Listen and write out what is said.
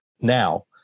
Now